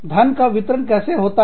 धन का वितरण कैसे होता है